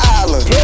island